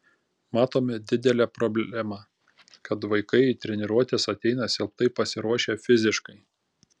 matome didelę problemą kad vaikai į treniruotes ateina silpnai pasiruošę fiziškai